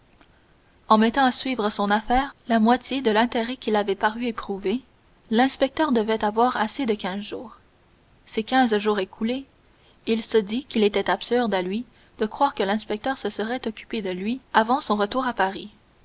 en mettant à suivre son affaire la moitié de l'intérêt qu'il avait paru éprouver l'inspecteur devait avoir assez de quinze jours ces quinze jours écoulés il se dit qu'il était absurde à lui de croire que l'inspecteur se serait occupé de lui avant son retour à paris